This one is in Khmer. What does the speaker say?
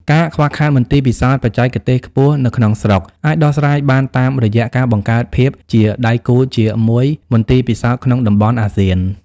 ការខ្វះខាតមន្ទីរពិសោធន៍បច្ចេកទេសខ្ពស់នៅក្នុងស្រុក អាចដោះស្រាយបានតាមរយៈការបង្កើតភាពជាដៃគូជាមួយមន្ទីរពិសោធន៍ក្នុងតំបន់អាស៊ាន។